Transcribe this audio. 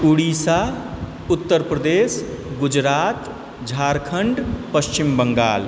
Orissa Uttar Pradesh Gujarat Jharkhand Paschim Bengal